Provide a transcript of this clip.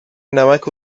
نمک